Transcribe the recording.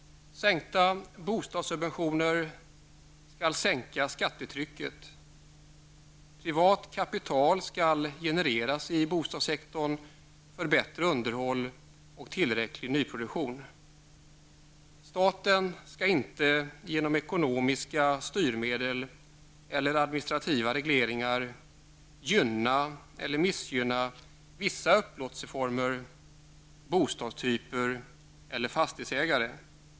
Sänkta bostadssubventioner skall sänka skattetrycket. Privat kapital skall genereras i bostadssektorn för bättre underhåll och tillräcklig nyproduktion. Staten skall inte genom ekonomiska styrmedel eller administrativa regleringar gynna eller missgynna vissa upplåtelseformer, bostadstyper eller fastighetsägare.